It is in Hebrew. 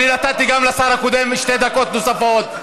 אני נתתי גם לשר הקודם שתי דקות נוספות,